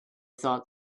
thought